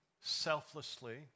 selflessly